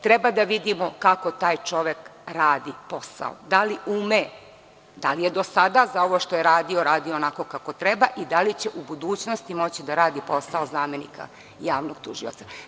Treba da vidimo kako taj čovek radi posao, da li ume, da li je do sada za ovo što je radio, radio onako kako treba i da li će u budućnosti moći da radi posao zamenika javnog tužioca.